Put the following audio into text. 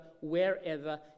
wherever